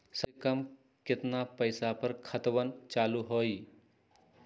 सबसे कम केतना पईसा पर खतवन चालु होई?